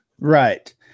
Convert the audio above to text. Right